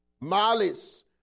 malice